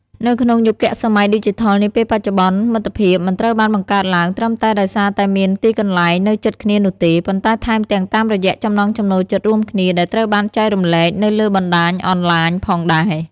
នៅក្នុងយុគសម័យឌីជីថលនាពេលបច្ចុប្បន្ន មិត្តភាពមិនត្រូវបានបង្កើតឡើងត្រឹមតែដោយសារតែមានទីកន្លែងនៅជិតគ្នានោះទេ ប៉ុន្តែថែមទាំងតាមរយៈចំណង់ចំណូលចិត្តរួមគ្នាដែលត្រូវបានចែករំលែកនៅលើបណ្ដាញអនឡាញផងដែរ។